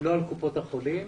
לא על קופות החולים